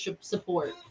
support